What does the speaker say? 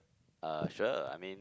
uh sure I mean